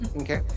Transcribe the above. okay